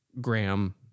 Graham